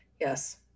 yes